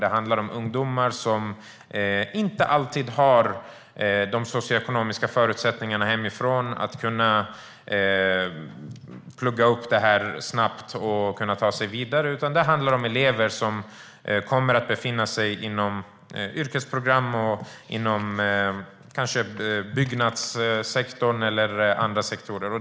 Det handlar om ungdomar som inte alltid har de socioekonomiska förutsättningarna hemifrån att snabbt plugga upp detta och kunna ta sig vidare. Det handlar om elever som kommer att befinna sig inom yrkesprogram och kanske inom byggnadssektorn eller andra sektorer.